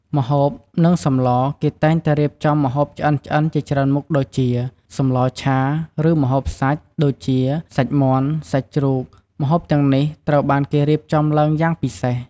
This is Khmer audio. ម្ហូប និងសម្ល គេតែងតែរៀបចំម្ហូបឆ្អិនៗជាច្រើនមុខ ដូចជាសម្លរឆា ឬ ម្ហូបសាច់ ដូចជា សាច់មាន់ សាច់ជ្រូក ម្ហូបទាំងនេះត្រូវបានគេរៀបចំឡើងយ៉ាងពិសេស។